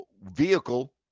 vehicle